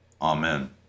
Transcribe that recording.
Amen